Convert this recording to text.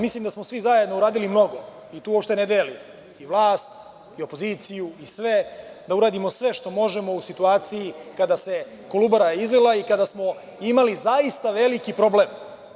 Mislim da smo svi zajedno uradili mnogo, i tu uopšte ne delim ni vlast, ni opoziciju, i sve, da uradimo sve što možemo u situaciji kada se Kolubara izlila i kada smo imali zaista veliki problem.